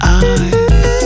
eyes